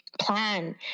plan